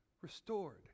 restored